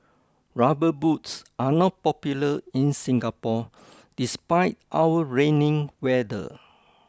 rubber boots are not popular in Singapore despite our rainy weather